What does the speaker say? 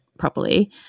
properly